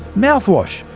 mouthwash,